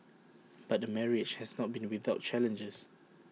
but the marriage has not been without challenges